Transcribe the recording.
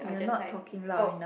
you're not talking loud enough